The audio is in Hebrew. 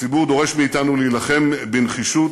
הציבור דורש מאתנו להילחם בנחישות